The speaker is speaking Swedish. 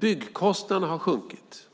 Byggkostnaderna har sjunkit.